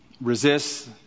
resists